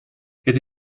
это